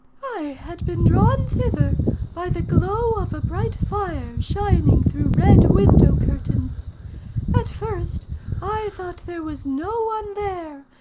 i had been drawn thither by the glow of a bright fire shining through red window-curtains. at first i thought there was no one there,